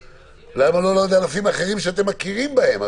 למה לא לעוד ענפים אחרים שאתם מכירים בהם?